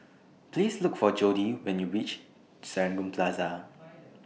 Please Look For Jodie when YOU REACH Serangoon Plaza